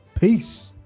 Peace